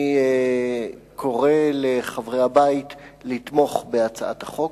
אני קורא לחברי הבית לתמוך בהצעת החוק.